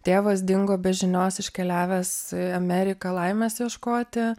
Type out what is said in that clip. tėvas dingo be žinios iškeliavęs į ameriką laimės ieškoti